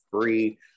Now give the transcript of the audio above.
free